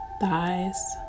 thighs